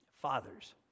Fathers